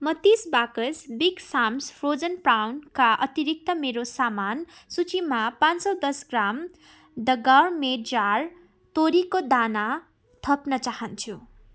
म तिस बाकस बिग साम्स फ्रोजन प्राउनका अतिरिक्त मेरो सामान सुचीमा पाँच सौ दस ग्राम द गउरमेट जार तोरीको दाना थप्न चाहन्छु